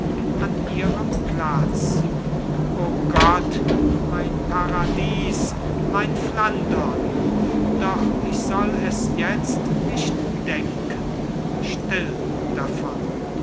an ihrem platz o gott mein paradies mein flandern doch ich soll es jetzt nicht denken still davon